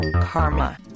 karma